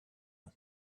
and